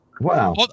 Wow